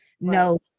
no